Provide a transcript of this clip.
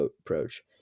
approach